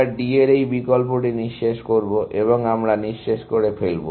আমরা D এর এই বিকল্পটি নিঃশেষ করব হ্যাঁ আমরা নিঃশেষ করে ফেলবো